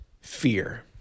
Fear